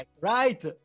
right